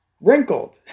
wrinkled